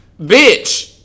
bitch